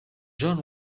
john